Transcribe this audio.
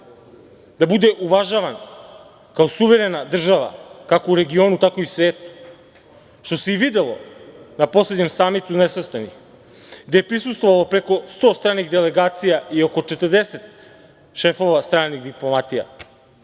da bude uvažavan kao suverena država kako u regionu, tako i u svetu, što se i videlo na poslednjem Samitu nesvrstanih gde je prisustvovalo preko 100 stranih delegacija i 40 šefova stranih diplomatija.